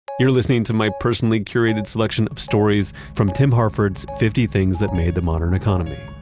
you're listening to my personally curated selection of stories from tim harford's fifty things that made the modern economy.